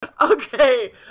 okay